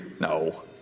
No